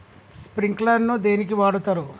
Sprinkler ను దేనికి వాడుతరు?